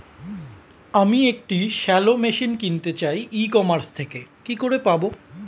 আমি একটি shallow machine কিনতে চাই ই কমার্স থেকে কি করে পাবো?